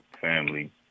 family